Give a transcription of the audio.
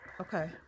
okay